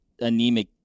anemic